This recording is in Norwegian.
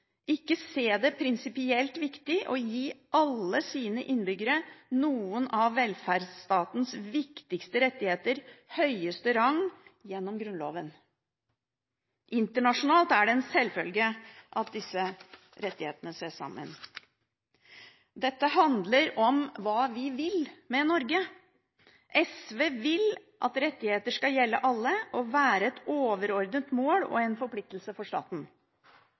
ikke se det prinsipielt viktig å gi alle sine innbyggere noen av velferdsstatens viktigste rettigheter høyeste rang gjennom Grunnloven. Internasjonalt er det sjølsagt at disse rettighetene ses sammen. Dette handler om hva vi vil med Norge. SV vil at rettigheter skal gjelde alle og være et overordnet mål og en forpliktelse for staten.